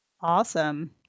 Awesome